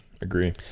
agree